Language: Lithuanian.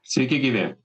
sveiki gyvi